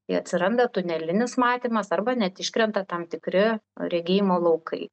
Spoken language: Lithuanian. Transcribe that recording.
kai atsiranda tunelinis matymas arba net iškrenta tam tikri regėjimo laukai